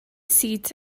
seat